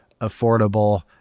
affordable